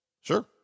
Sure